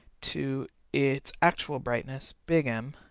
to its actual brightness, big m.